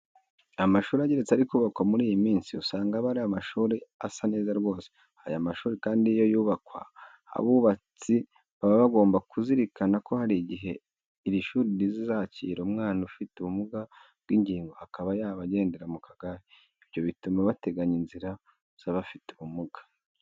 Amashuri ageretse ari kubakwa muri iyi minsi usanga aba ari amashuri asa neza rwose. Aya mashuri kandi iyo yubakwa, abubatsi baba bagomba kuzirikana ko hari igihe iri shuri rizakira umwana ufite ubumuga bw'ingingo akaba yaba agendera mu kagare, ibyo bituma bateganya inzira z'abafite ubumuga.